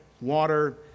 water